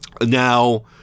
Now